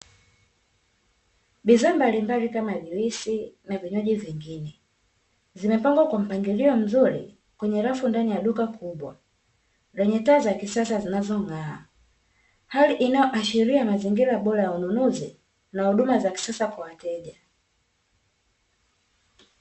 Bidhaa mbalimbali kama juisi na vinywaji vingine zimepangwa kwa mpangilio mzuri kwenye rafu ndani ya duka kubwa lenye taa za kisasa zinazong'aa, hali inayoashiria mazingira bora ya ununuzi na huduma za kisasa kwa wateja.